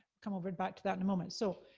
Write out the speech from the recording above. come over back to that in a moment. so,